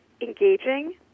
engaging